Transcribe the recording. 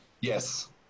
Yes